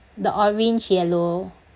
the orange yellow